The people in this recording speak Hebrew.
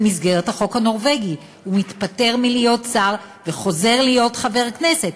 במסגרת החוק הנורבגי הוא מתפטר מכהונת שר וחוזר להיות חבר כנסת,